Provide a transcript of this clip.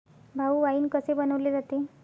भाऊ, वाइन कसे बनवले जाते?